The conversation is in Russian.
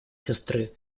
сестры